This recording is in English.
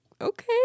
okay